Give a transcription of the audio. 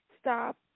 Stop